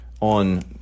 on